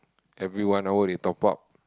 every one hour they top up